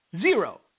zero